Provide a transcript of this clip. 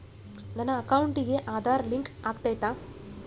ನನ್ನ ಅಕೌಂಟಿಗೆ ಆಧಾರ್ ಲಿಂಕ್ ಆಗೈತಾ?